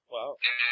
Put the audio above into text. Wow